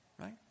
Right